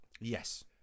Yes